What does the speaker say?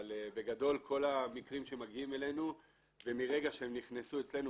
אבל בגדול כל המקרים שמגיעים אלינו ומרגע שהם נכנסו אצלנו,